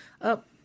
up